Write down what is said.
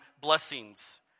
blessings